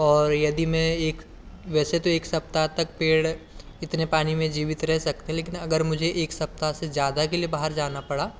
और यदि मैं एक वैसे तो एक सप्ताह तक पेड़ इतने पानी में जीवित रह सकते लेकिन अगर मुझे एक सप्ताह से ज़्यादा के लिए बाहर जाना पड़ा